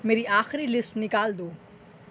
میری آخری لسٹ نکال دو